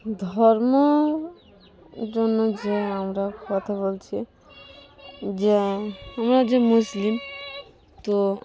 ধর্ম জন্য যে আমরা কথা বলছি যে আমরা যে মুসলিম তো